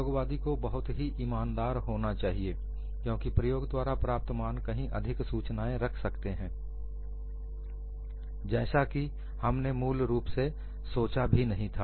प्रयोगवादी को बहुत ही ईमानदार होना चाहिए क्योंकि प्रयोग द्वारा प्राप्त मान कहीं अधिक सूचनाएं रख सकते हैं जैसा कि हमने मूल रूप से सोचा भी नहीं था